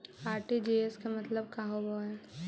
RTGS के मतलब का होव हई?